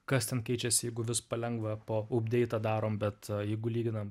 kas ten keičiasi jeigu vis palengva po ubdeitą darom bet jeigu lyginam